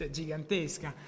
gigantesca